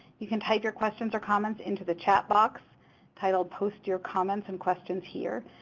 you can type your questions or comments into the chat box titled post your comments and questions here.